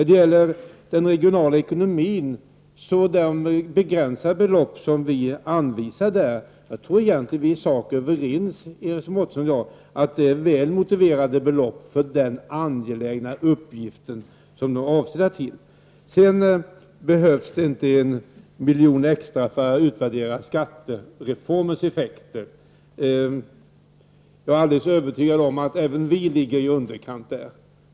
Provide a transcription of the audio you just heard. De begränsade belopp som vi anvisar i samband med den regionala ekonomin tror jag egentligen att Iris Mårtensson och jag i sak är överens om är väl motiverade belopp för den angelägna uppgift de är avsedda för. Det behövs inte 1 miljon extra för att utvärdera skattereformens effekter. Jag är alldeles övertygad om att även vårt förslag ligger i underkant där.